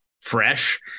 fresh